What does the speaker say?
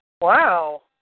Wow